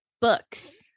books